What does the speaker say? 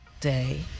day